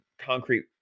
concrete